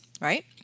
right